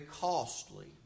costly